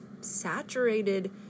saturated